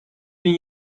bin